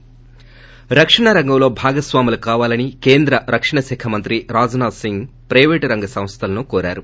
ి రక్షణ రంగంలో భాగస్వాములు కావాలని కేంద్ర రక్షణ శాఖ మంత్రి రాజ్ నాధ్ సింగ్ ప్రయిపేటు రంగ సంస్థలను కోరారు